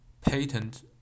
patent